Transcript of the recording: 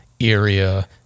area